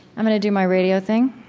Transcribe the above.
i'm going to do my radio thing.